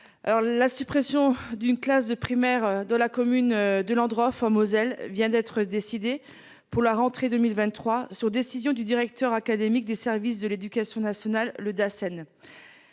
la suppression d'une classe de primaire de la commune de l'endroit en Moselle vient d'être décidé pour la rentrée 2023 sur décision du directeur académique des services de l'éducation nationale le d'Assen.